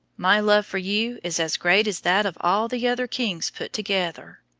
my love for you is as great as that of all the other kings put together,